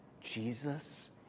Jesus